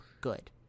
good